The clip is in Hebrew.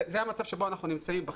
זה המצב בו אנחנו נמצאים.